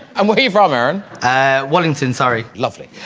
i'm woohee from aaron wellington sorry lovely.